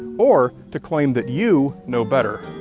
or to claim that you know better.